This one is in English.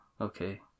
Okay